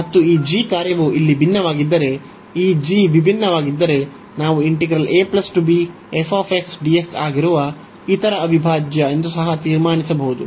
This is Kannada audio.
ಮತ್ತು ಈ g ಕಾರ್ಯವು ಇಲ್ಲಿ ಭಿನ್ನವಾಗಿದ್ದರೆ ಈ g ವಿಭಿನ್ನವಾಗಿದ್ದರೆ ನಾವು ಆಗಿರುವ ಇತರ ಅವಿಭಾಜ್ಯ ಎಂದು ಸಹ ತೀರ್ಮಾನಿಸಬಹುದು